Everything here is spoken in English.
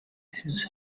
his